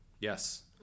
yes